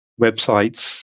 websites